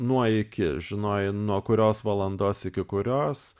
nuo iki žinojai nuo kurios valandos iki kurios